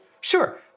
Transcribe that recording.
Sure